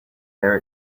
there